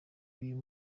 uyu